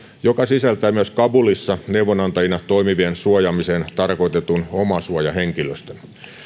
joka sisältää myös kabulissa neuvonantajina toimivien suojaamiseen tarkoitetun omasuojahenkilöstön